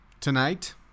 Tonight